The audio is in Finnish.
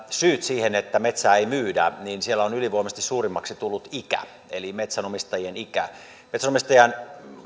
syyt siihen että metsää ei myydä niin siellä on ylivoimaisesti suurimmaksi tullut ikä eli metsänomistajien ikä metsänomistajat